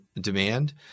demand